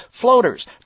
floaters